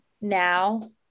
now